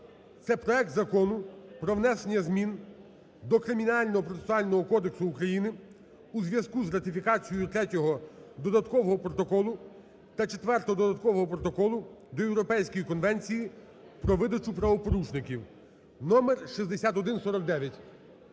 це проект Закону про внесення змін до Кримінального процесуального кодексу України у зв'язку з ратифікацією Третього додаткового протоколу та Четвертого додаткового протоколу до Європейської конвенції про видачу правопорушників (№6149).